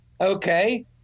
okay